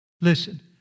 listen